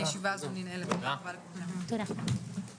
הישיבה ננעלה בשעה 12:05.